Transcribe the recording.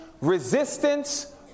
resistance